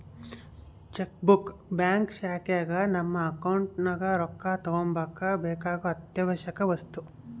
check book bank ಶಾಖೆಗ ನಮ್ಮ account ನಗ ರೊಕ್ಕ ತಗಂಬಕ ಬೇಕಾಗೊ ಅತ್ಯಾವಶ್ಯವಕ ವಸ್ತು